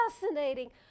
fascinating